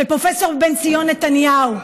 של פרופסור בן-ציון נתניהו: